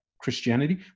Christianity